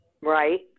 Right